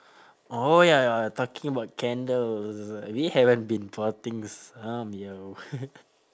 oh ya you're talking about candles we haven't been potting some yo